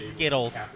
Skittles